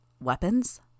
weapons